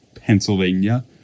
Pennsylvania